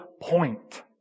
point